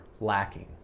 lacking